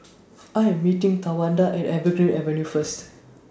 I Am meeting Tawanda At Evergreen Avenue First